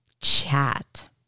chat